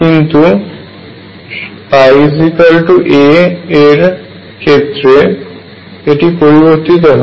কিন্তু πa এর ক্ষেত্রে এটি পরিবর্তিত হয়